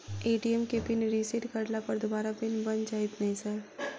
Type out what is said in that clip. ATM केँ pin reset करला पर दोबारा पिन बन जाइत नै सर?